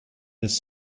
this